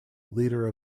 leader